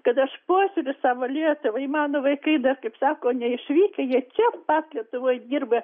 kad aš puoselėju savo lietuvą ir mano vaikai dar kaip sako neišvykę jie čia pat lietuvoj dirba